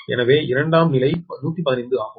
எனவே இரண்டாம் நிலை 115 ஆகும்